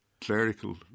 clerical